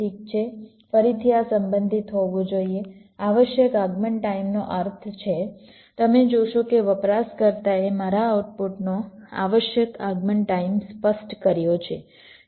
ઠીક છે ફરીથી આ સંબંધિત હોવું જોઈએ આવશ્યક આગમન ટાઈમનો અર્થ છે તમે જોશો કે વપરાશકર્તાએ મારા આઉટપુટનો આવશ્યક આગમન ટાઈમ સ્પષ્ટ કર્યો છે